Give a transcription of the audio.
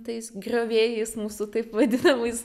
tais griovėjais mūsų taip vadinamais